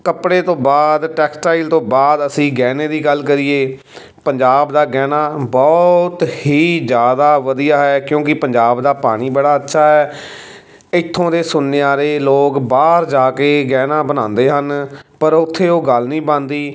ਕੱਪੜੇ ਤੋਂ ਬਾਅਦ ਟੈਕਸਟਾਈਲ ਤੋਂ ਬਾਅਦ ਅਸੀਂ ਗਹਿਣੇ ਦੀ ਗੱਲ ਕਰੀਏ ਪੰਜਾਬ ਦਾ ਗਹਿਣਾ ਬਹੁਤ ਹੀ ਜ਼ਿਆਦਾ ਵਧੀਆ ਹੈ ਕਿਉਂਕਿ ਪੰਜਾਬ ਦਾ ਪਾਣੀ ਬੜਾ ਅੱਛਾ ਹੈ ਇੱਥੋਂ ਦੇ ਸੁਨਿਆਰੇ ਲੋਕ ਬਾਹਰ ਜਾ ਕੇ ਗਹਿਣਾ ਬਣਾਉਂਦੇ ਹਨ ਪਰ ਉੱਥੇ ਉਹ ਗੱਲ ਨਹੀਂ ਬਣਦੀ